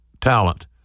talent